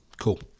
Cool